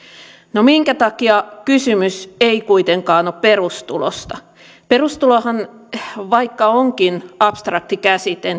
no minkä takia kysymys ei kuitenkaan ole perustulosta perustulohan vaikka onkin abstrakti käsite